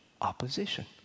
Opposition